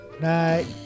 Night